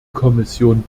kommission